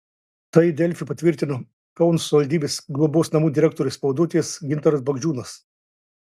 tai delfi patvirtino kauno savivaldybės globos namų direktorės pavaduotojas gintaras bagdžiūnas